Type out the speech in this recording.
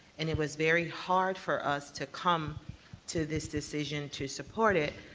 and it was very hard for us to come to this decision to support it,